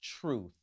truth